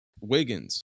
Wiggins